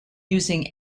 using